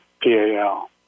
P-A-L